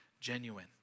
genuine